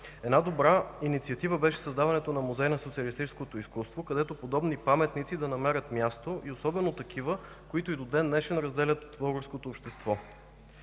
Една добра инициатива беше създаването на Музей на социалистическото изкуство, където подобни паметници да намерят място, и особено такива, които и до ден-днешен разделят българското общество.